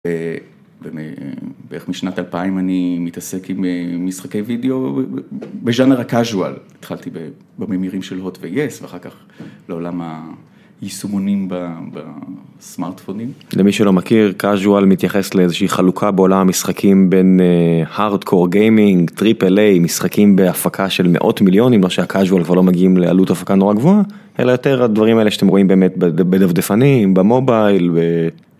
ואיך משנת 2000 אני מתעסק עם משחקי וידאו, בג'אנר הקאזואל, התחלתי בממירים של הוט ויאס ואחר כך לעולם הישומונים בסמארטפונים. למי שלא מכיר קאזואל מתייחס לאיזושהי חלוקה בעולם משחקים בין הארד קור גיימינג, טריפל איי, משחקים בהפקה של מאות מיליון, אם לא שהקאזואל כבר לא מגיעים לעלות ההפקה נורא גבוהה, אלא יותר הדברים האלה שאתם רואים באמת בדבדפנים, במובייל